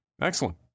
excellent